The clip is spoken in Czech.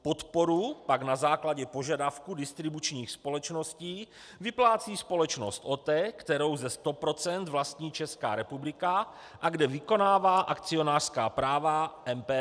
Podporu pak na základě požadavků distribučních společností vyplácí společnost OTE, kterou ze 100 % vlastní Česká republika a kde vykonává akcionářská práva MPO.